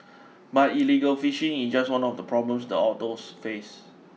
but illegal fishing is just one of the problems the otters face